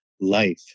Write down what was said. life